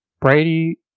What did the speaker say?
Brady